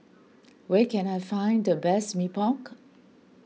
where can I find the best Mee Pok